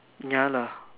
ya lah